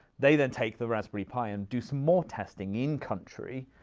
they then take the raspberry pi and do some more testing in country.